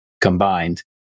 combined